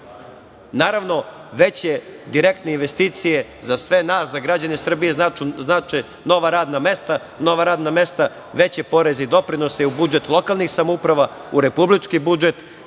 svima. Naravno, veće direktne investicije za sve nas, za građane Srbije znače nova radna mesta, veće poreze i doprinose i u budžet lokalnih samouprava, u republički budžet,